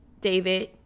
David